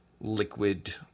liquid